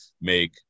make